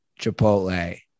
Chipotle